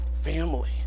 family